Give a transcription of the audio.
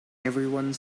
everyone